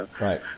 right